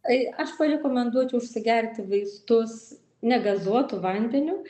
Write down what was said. tai aš parekomenduočiau užsigerti vaistus negazuotu vandeniu